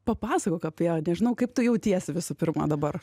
papasakok apie nežinau kaip tu jautiesi visų pirma dabar